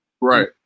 Right